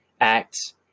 acts